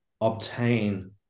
obtain